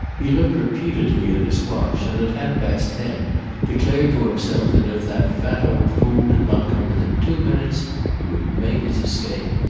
he looked repeatedly at his watch, and at half-past ten declared to himself that if that fat old fool did not come within two minutes he would make his escape.